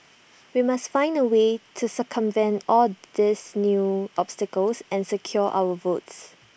we must find A way to circumvent all these new obstacles and secure our votes